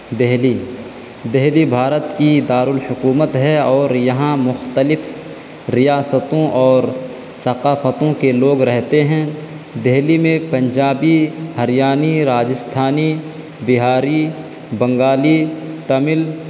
دلی دلی بھارت کی دار الحکومت ہے اور یہاں مختلف ریاستوں اور ثقافتوں کے لوگ رہتے ہیں دلی میں پنجابی ہریانی راجستھانی بہاری بنگالی تمل